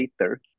later